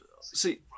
see